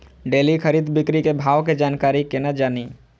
Daily खरीद बिक्री के भाव के जानकारी केना जानी?